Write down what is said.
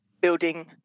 building